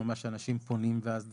שממש אנשים פונים ואז דרככם?